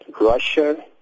Russia